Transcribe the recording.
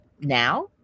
now